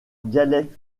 dialecte